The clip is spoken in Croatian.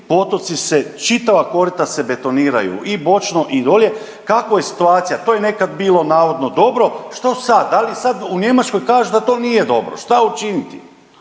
potoci se čitava korita se betoniraju i bočno i dolje kakva je situacija, to je nekad navodno bilo dobro. Što sad? Da li sad u Njemačkoj kažu da to nije dobro? Šta učiniti?